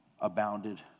abounded